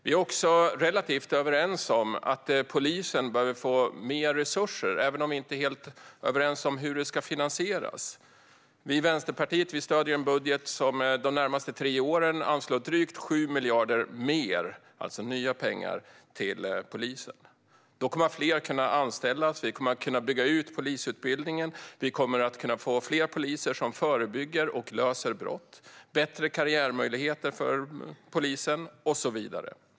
Vi är också relativt överens om att polisen behöver få mer resurser, även om vi inte är helt överens om hur de ska finansieras. Vi i Vänsterpartiet stöder en budget som de närmaste tre åren anslår drygt 7 miljarder mer, alltså nya pengar, till polisen. Då kommer fler att kunna anställas, vi kommer att kunna bygga ut polisutbildningen, vi kommer att kunna få fler poliser som förebygger och löser brott, bättre karriärmöjligheter för poliser och så vidare.